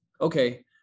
okay